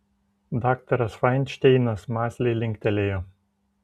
daktaras fainšteinas mąsliai linktelėjo